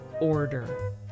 order